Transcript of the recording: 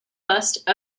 bust